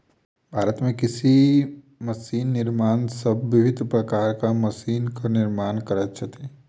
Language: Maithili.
भारत मे कृषि मशीन निर्माता सब विभिन्न प्रकारक मशीनक निर्माण करैत छथि